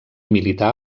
milità